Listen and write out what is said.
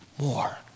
more